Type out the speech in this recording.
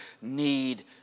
need